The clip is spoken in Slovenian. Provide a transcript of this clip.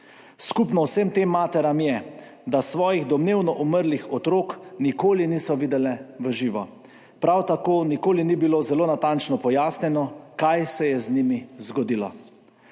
Skupno vsem tem materam je, da svojih domnevno umrlih otrok nikoli niso videle v živo. Prav tako nikoli ni bilo zelo natančno pojasnjeno, kaj se je z njimi zgodilo.